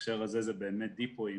ובהקשר הזה זה באמת דיפויים.